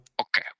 Okay